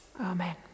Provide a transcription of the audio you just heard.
Amen